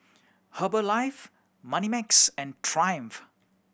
Herbalife Moneymax and Triumph